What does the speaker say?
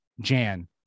Jan